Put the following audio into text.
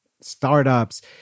startups